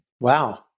Wow